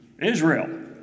Israel